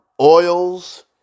oils